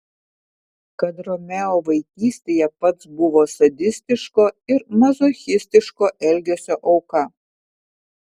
kad romeo vaikystėje pats buvo sadistiško ir mazochistiško elgesio auka